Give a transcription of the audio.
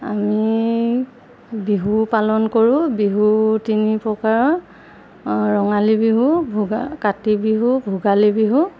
আমি বিহু পালন কৰোঁ বিহু তিনি প্ৰকাৰৰ ৰঙালী বিহু ভোগা কাতি বিহু ভোগালী বিহু